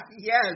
Yes